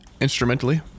instrumentally